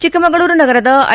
ಚಿಕ್ಕಮಗಳೂರು ನಗರದ ಐ